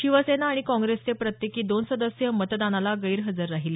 शिवसेना आणि काँग्रेसचे प्रत्येकी दोन सदस्य मतदानाला गैरहजर राहिले